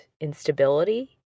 instability